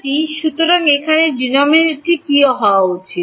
Δt সুতরাং এখানে ডিনোমিনেটরটি কী হওয়া উচিত